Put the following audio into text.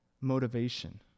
motivation